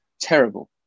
terrible